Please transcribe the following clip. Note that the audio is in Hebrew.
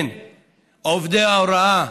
עובדי ההוראה,